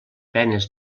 penes